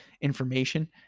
information